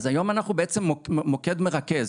אז היום אנחנו בעצם מוקד מרכז.